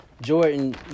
Jordan